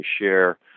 share